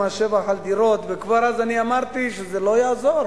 מס שבח על דירות, וכבר אז אני אמרתי שזה לא יעזור,